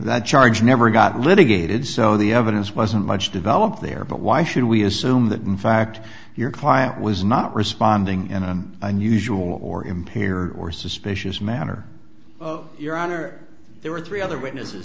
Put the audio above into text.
that charge never got litigated so the evidence wasn't much developed there but why should we assume that the fact your client was not responding and i'm unusual or impaired or suspicious manner your honor there were three other witnesses